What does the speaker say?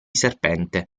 serpente